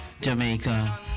Jamaica